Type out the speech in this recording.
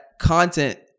content